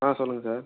ஆ சொல்லுங்கள் சார்